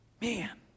Man